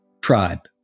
tribe